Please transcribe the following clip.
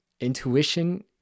intuition